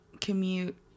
commute